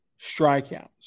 strikeouts